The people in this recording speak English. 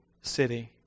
city